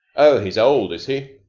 oh, he's old, is he?